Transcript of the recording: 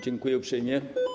Dziękuję uprzejmie.